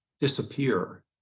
disappear